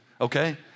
Okay